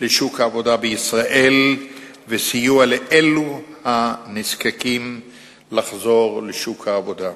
לשוק העבודה בישראל ובסיוע לאלה הנזקקים לחזור לשוק העבודה.